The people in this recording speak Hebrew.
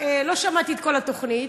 לא שמעתי את כל התוכנית,